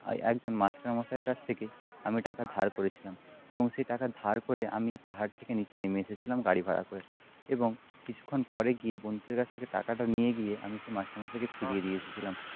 আর একজন মাস্টারমশাইয়ের কাছ থেকে আমি টাকা ধার করেছিলাম এবং সে টাকা ধার করে আমি পাহাড় থেকে নিচে নেমে এসেছিলাম গাড়ি ভাড়া করে এবং কিছুক্ষণ পরে গিয়ে বন্ধুদের কাছ থেকে টাকাটা নিয়ে গিয়ে আমি সেই মাস্টারমশাইকে ফিরিয়ে দিয়ে এসেছিলাম